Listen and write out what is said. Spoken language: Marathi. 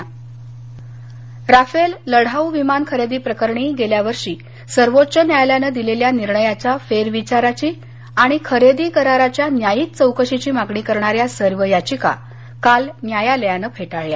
राफेल राफेल लढाऊ विमान खरेदी प्रकरणी गेल्या वर्षी सर्वोच्च न्यायालयानं दिलेल्या निर्णयाच्या फेरविचाराची आणि खरेदी कराराच्या न्यायिक चौकशीची मागणी करणाऱ्या सर्व याधिका काल न्यायालयानं फेटाळल्या